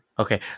Okay